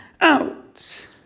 out